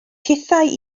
hithau